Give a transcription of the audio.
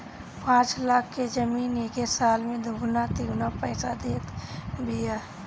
पाँच लाख के जमीन एके साल में दुगुना तिगुना पईसा देत बिया